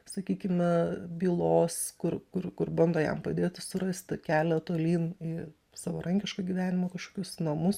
sakykime bylos kur kur kur bando jam padėti surasti kelią tolyn į savarankiško gyvenimo kažkokius namus